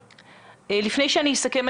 לפני שאני אסכם,